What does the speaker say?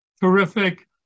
terrific